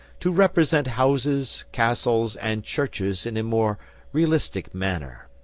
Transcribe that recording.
to represent houses, castles, and churches in a more realistic manner,